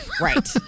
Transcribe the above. Right